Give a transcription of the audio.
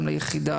גם ליחידה,